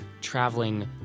traveling